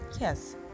Yes